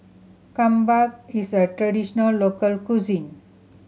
kimbap is a traditional local cuisine